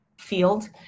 field